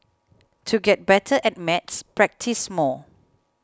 to get better at maths practise more